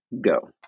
go